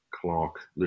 Clark